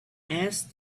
asked